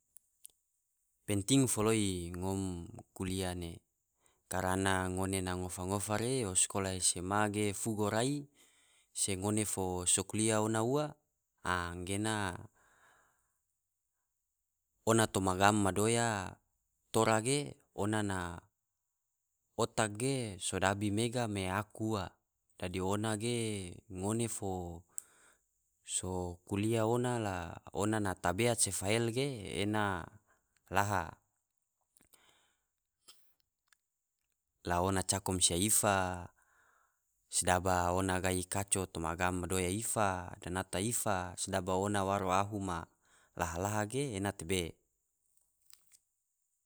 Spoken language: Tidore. Penting foloi ngom kuliah ne karana ngone na ngofa ngofa re yo skolah sma ge fugo rai se ngone fo so kuliah ona a anggena ona toma gam madoya tora ge ona na otak ge sodabi mega me aku ua, dadi ona ge ngone fo so kuliah ona la ona na tabeat se fael ge ena laha, ona cako mansia ifa, sedaba ona gahi kaco toma gam madoya ifa, danata ifa, sedaba ona waro ahu ma laha laha ge ena tabe.